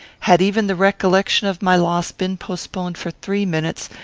had even the recollection of my loss been postponed for three minutes,